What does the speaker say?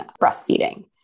breastfeeding